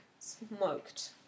Smoked